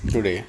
too late